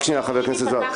רק שנייה, חבר הכנסת זוהר.